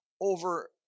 over